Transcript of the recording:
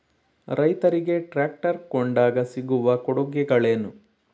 ರೈತರಿಗೆ ಟ್ರಾಕ್ಟರ್ ಕೊಂಡಾಗ ಸಿಗುವ ಕೊಡುಗೆಗಳೇನು?